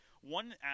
one